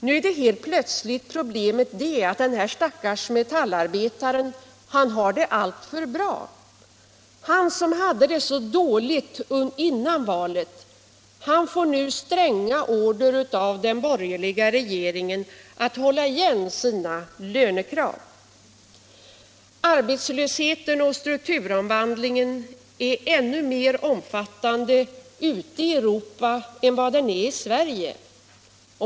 Nu helt plötsligt är problemet att den stackars metallarbetaren har det alltför bra. Han som hade det så uselt före valet får nu stränga order av den borgerliga regeringen att hålla igen på sina lönekrav. Arbetslösheten och strukturomvandlingen är ännu mer omfattande ute i Europa än i Sverige.